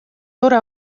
tore